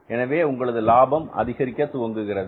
எனவே உங்களது லாபம் அதிகரிக்க தொடங்குகிறது